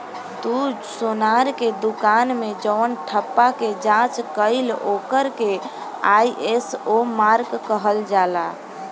तू सोनार के दुकान मे जवन ठप्पा के जाँच कईल ओकर के आई.एस.ओ मार्क कहल जाला